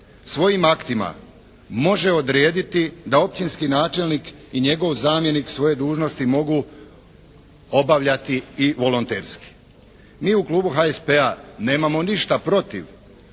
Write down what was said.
svojim aktima može odrediti da općinski načelnik i njegovi zamjenici svoje dužnosti mogu obavljati i volonterski. Mi u Klubu HSP-a nemamo ništa protiv